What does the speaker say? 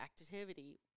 activity